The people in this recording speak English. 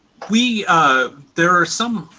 we there are some